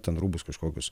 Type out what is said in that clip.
ten rūbus kažkokius